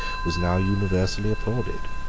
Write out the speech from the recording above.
was now universally applauded.